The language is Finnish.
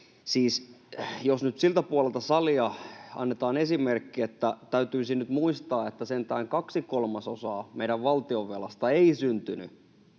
jos nyt siltä puolelta salia annetaan esimerkki, että täytyisi nyt muistaa, että sentään kaksi kolmasosaa meidän valtionvelasta ei syntynyt